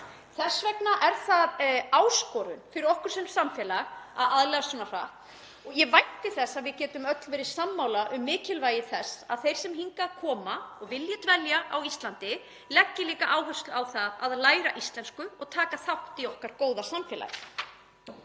Þess vegna er það áskorun fyrir okkur sem samfélag að aðlagast svona hratt. Ég vænti þess að við getum öll verið sammála um mikilvægi þess að þeir sem hingað koma og vilja dvelja á Íslandi leggi líka áherslu á það að læra íslensku og taka þátt í okkar góða samfélagi.